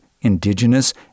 indigenous